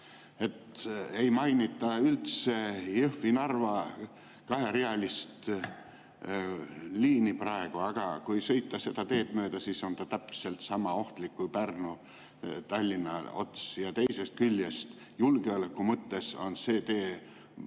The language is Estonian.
et ei mainita üldse Jõhvi–Narva kaherealist liini, aga kui sõita seda teed mööda, siis see on täpselt sama ohtlik kui Pärnu–Tallinna ots. Teisest küljest, julgeoleku mõttes on see tee võib-olla